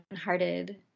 hearted